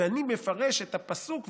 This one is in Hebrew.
ואני מפרש את הפסוק,